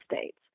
states